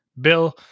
Bill